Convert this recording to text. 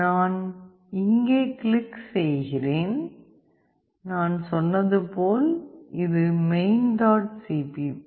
நான் இங்கே கிளிக் செய்கிறேன் நான் சொன்னது போல் இது மெயின்சிபிபி main